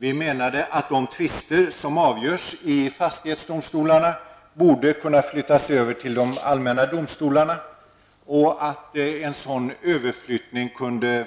Vi menade att de tvister som avgörs i fastighetsdomstolarna borde kunna flyttas över till de allmänna domstolarna, och att en sådan överflyttning kunde